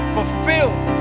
fulfilled